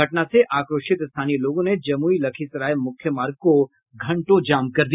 घटना से आक्रोशित स्थानीय लोगों ने जमुई लखीसराय मुख्य मार्ग को घंटों जाम कर दिया